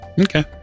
Okay